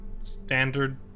standard